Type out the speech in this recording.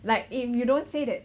like if you don't say that